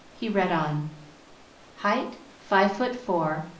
he read on height five foot four,